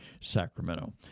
Sacramento